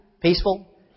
peaceful